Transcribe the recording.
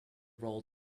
role